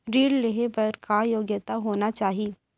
ऋण लेहे बर का योग्यता होना चाही?